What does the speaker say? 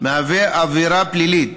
מהווה עבירה פלילית